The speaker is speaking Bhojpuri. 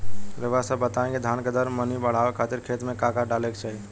रउआ सभ बताई कि धान के दर मनी बड़ावे खातिर खेत में का का डाले के चाही?